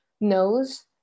knows